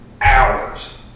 hours